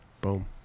boom